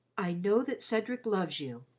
i know that cedric loves you.